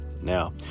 Now